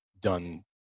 done